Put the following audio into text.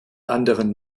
anderen